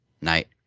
night